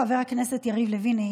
חבר הכנסת יריב לוין,